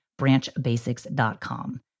branchbasics.com